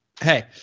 Hey